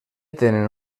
tenen